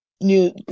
New